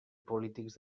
polítics